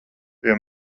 tie